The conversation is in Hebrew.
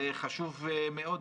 זה חשוב מאוד.